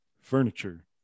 furniture